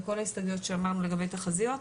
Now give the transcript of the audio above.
עם כל ההסתייגויות שאמרנו לגבי תחזיות,